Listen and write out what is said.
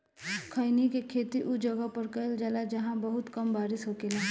खईनी के खेती उ जगह पर कईल जाला जाहां बहुत कम बारिश होखेला